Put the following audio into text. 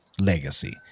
legacy